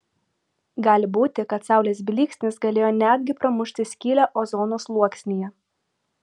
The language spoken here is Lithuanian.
gali būti kad saulės blyksnis galėjo net gi pramušti skylę ozono sluoksnyje